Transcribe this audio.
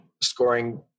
scoring